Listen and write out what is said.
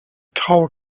traue